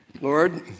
Lord